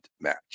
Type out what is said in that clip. match